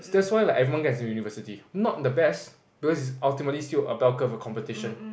that's why like everybody gets into University not the best because it's ultimately still a bell curve competition